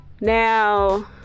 Now